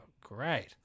great